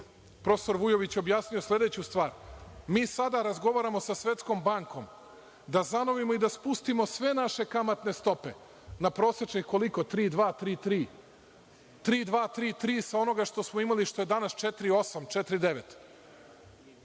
prof. Vujović objasni sledeću stvar – mi sada razgovaramo sa Svetskom bankom da zamolimo i spustimo sve naše kamatne stope na prosečnih, koliko, 3,2 ili 3,3 sa onoga što smo imali i što je danas 4,8 ili